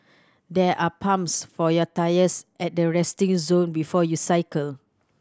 there are pumps for your tyres at the resting zone before you cycle